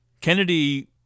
Kennedy